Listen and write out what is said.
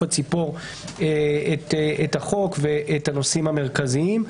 הציפור את החוק ואת הנושאים המרכזיים.